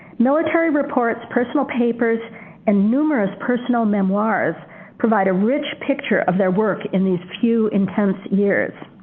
military reports, personal papers and numerous personal memoirs provide a rich picture of their work in these few intense years.